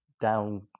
down